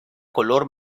color